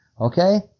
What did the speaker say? Okay